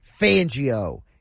Fangio